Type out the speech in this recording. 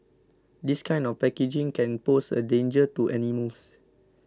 this kind of packaging can pose a danger to animals